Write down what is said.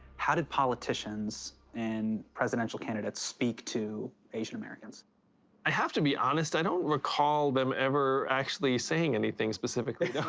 how did politicians and presidential candidates speak to asian americans? i have to be honest. i don't recall them ever actually saying anything specifically. yeah